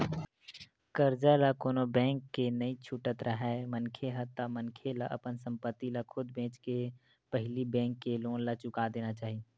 करजा ल कोनो बेंक के नइ छुटत राहय मनखे ह ता मनखे ला अपन संपत्ति ल खुद बेंचके के पहिली बेंक के लोन ला चुका देना चाही